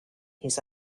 his